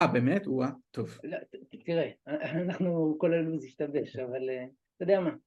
‫אה, באמת? טוב. ‫תראה, אנחנו... כל הלו"ז ‫השתבש, אבל אתה יודע מה.